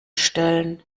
stellen